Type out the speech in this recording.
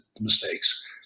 mistakes